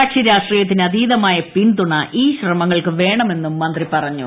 കക്ഷിരാഷ്ട്രീയത്തിന് അതീ തമായ പിന്തുണ ഈ ശ്രമങ്ങൾക്ക് വേണമെന്നും മന്ത്രി പറഞ്ഞു